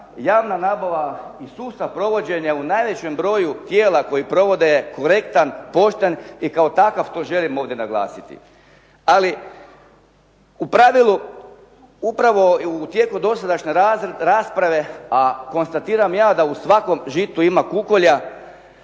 javna nabava i sustav provođenja u najvećem broju tijela koja provode korektan, pošten i kao takav to želim ovdje naglasiti. Ali u pravilu upravo u tijeku dosadašnje rasprave a konstatiram ja da u svakom žitu ima kukolja.